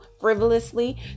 frivolously